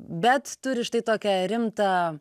bet turi štai tokią rimtą